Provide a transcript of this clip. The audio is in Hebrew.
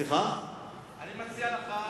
אני מציע לך,